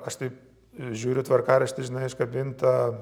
aš taip žiūriu tvarkaraštį žinai iškabinta